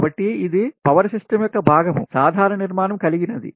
కాబట్టి ఇది power system యొక్క భాగం సాధారణ నిర్మాణం కలిగినది